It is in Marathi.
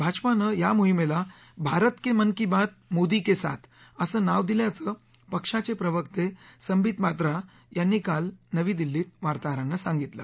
भाजपानं या मोहिमेला भारत के मन की बात मोदी के साथ असं नाव दिल्याचं पक्षाचे प्रवक्ते संबित पात्रा यांनी काल नवी दिल्लीत वार्ताहरांना सांगितलं